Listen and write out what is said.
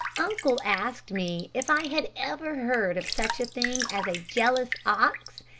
uncle asked me if i had ever heard of such a thing as a jealous ox,